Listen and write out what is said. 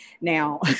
Now